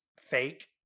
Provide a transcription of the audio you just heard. fake